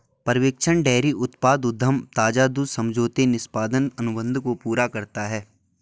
पर्यवेक्षण डेयरी उत्पाद उद्यम ताजा दूध समझौते निष्पादन अनुबंध को पूरा करता है